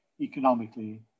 economically